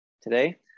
today